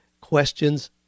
questions